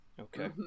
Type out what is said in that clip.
okay